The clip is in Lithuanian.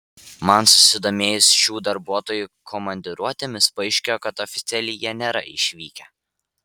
man susidomėjus šių darbuotojų komandiruotėmis paaiškėjo kad oficialiai jie nėra išvykę